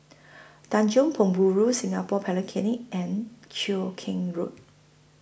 Tanjong Penjuru Singapore Polytechnic and Cheow Keng Road